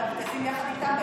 והמרכזים יחד איתו,